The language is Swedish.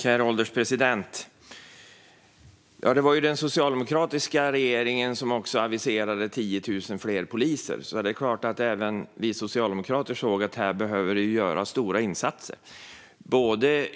Herr ålderspresident! Det var ju den socialdemokratiska regeringen som aviserade 10 000 fler poliser. Det är klart att även vi socialdemokrater såg att vi behöver göra stora insatser här.